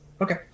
Okay